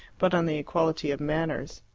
but on the equality of manners.